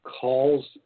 calls